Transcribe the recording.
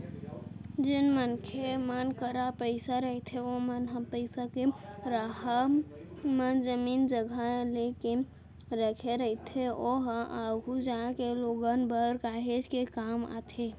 जेन मनखे मन करा पइसा रहिथे ओमन ह पइसा के राहब म जमीन जघा लेके रखे रहिथे ओहा आघु जागे लोगन बर काहेच के काम आथे